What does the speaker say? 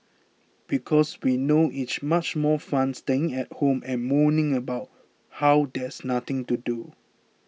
because we know it's much more fun staying at home and moaning about how there's nothing to do